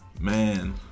man